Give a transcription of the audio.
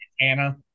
Anna